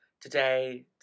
today